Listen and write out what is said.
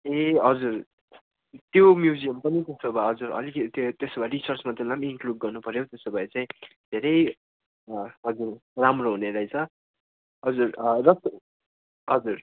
ए हजुर त्यो म्युजियम पनि पुग्छ अब हजुर अलिक त्यस त्यसो भए रिसर्चमा त्यसलाई पनि इन्क्लुड गर्नुपर्यो त्यसो भए चाहिँ धेरै अँ हजुर राम्रो हुनेरहेछ हजुर र त हजुर